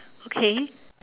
okay